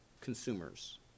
consumers